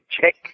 check